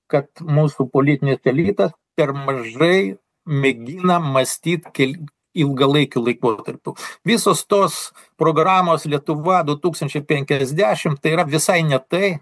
kad mūsų politinis elitas per mažai mėgina mąstyt kai ilgalaikiu laikotarpiu visos tos programos lietuva du tūkstančiai penkiasdešim tai yra visai ne tai